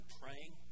praying